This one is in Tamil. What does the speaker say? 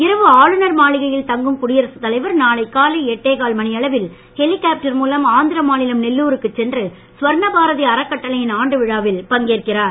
இரவு ஆளுநர் மாளிகையில் தங்கும் குடியரசுத் தலைவர் நாளை காலை எட்டே கால் மணியளவில் ஹெலிகாப்டர் மூலம் ஆந்திர மாநிலம் நெல்லூருக்குச் சென்று ஸ்வர்ண பாரதி அறக்கட்டளையின் ஆண்டு விழாவில் பங்கேற்கிறார்